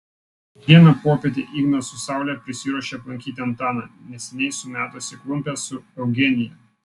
vieną popietę ignas su saule prisiruošė aplankyti antaną neseniai sumetusį klumpes su eugenija